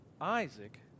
Isaac